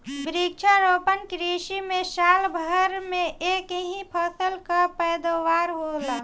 वृक्षारोपण कृषि में साल भर में एक ही फसल कअ पैदावार होला